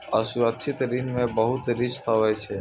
असुरक्षित ऋण मे बहुते रिस्क हुवै छै